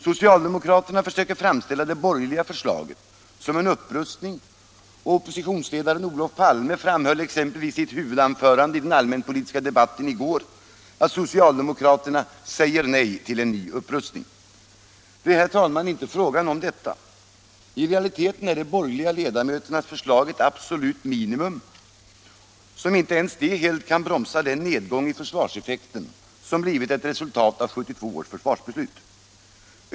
Socialdemokraterna försöker framställa det borgerliga förslaget som en upprustning. Oppositionsledaren Olof Palme framhöll i sitt huvudanförande i denna allmänpolitiska debatt att socialdemokraterna ”säger nej till en ny upprustning”. Det är, herr talman, inte fråga om detta. I realiteten är de borgerliga ledamöternas förslag ett absolut minimum, som inte ens det helt kan Allmänpolitisk debatt Allmänpolitisk debatt 110 bromsa upp den nedgång i försvarseffekten som blivit ett resultat av 1972 års försvarsbeslut.